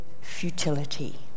futility